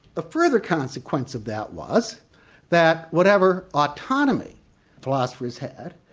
a further consequence of that was that whatever autonomy philosophers had,